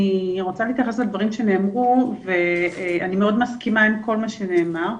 אני רוצה להתייחס לדברים שנאמרו ואני מאוד מסכימה עם כל מה שנאמר,